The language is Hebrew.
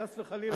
חס וחלילה.